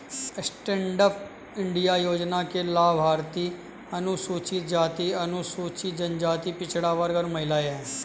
stand up India योजना के लाभार्थी अनुसूचित जाति, अनुसूचित जनजाति, पिछड़ा वर्ग और महिला है